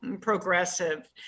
Progressive